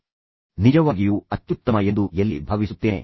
ನಾನು ನಿಜವಾಗಿಯೂ ಅತ್ಯುತ್ತಮ ಎಂದು ನಾನು ಎಲ್ಲಿ ಭಾವಿಸುತ್ತೇನೆ